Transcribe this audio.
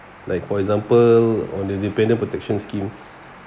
like for example on the dependent protection scheme